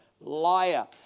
Liar